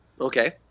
Okay